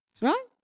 Right